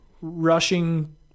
rushing